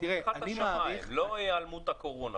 פתיחת השמים, לא היעלמות הקורונה.